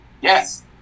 Yes